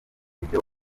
ibyo